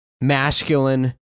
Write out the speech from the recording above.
Masculine